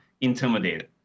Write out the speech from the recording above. Intimidated